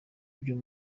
ivyo